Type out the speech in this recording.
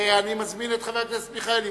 אני מזמין את חבר הכנסת מיכאלי.